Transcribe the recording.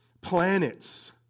Planets